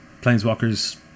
Planeswalkers